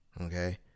okay